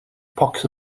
pox